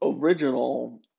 original